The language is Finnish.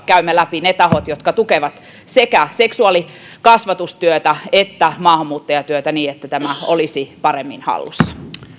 käymme läpi ne tahot jotka tukevat sekä seksuaalikasvatustyötä että maahanmuuttajatyötä niin että tämä olisi paremmin hallussa